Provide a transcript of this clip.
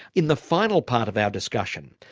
in the final part of our discussion,